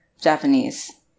Japanese